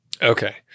Okay